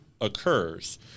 occurs